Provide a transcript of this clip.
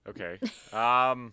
Okay